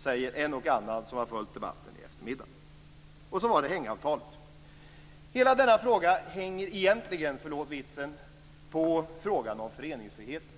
säger en och annan som har följt debatten i eftermiddag. Så var det hängavtalet. Hela denna fråga hänger egentligen - förlåt vitsen - på frågan om föreningsfriheten.